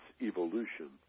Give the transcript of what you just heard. evolution